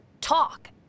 talk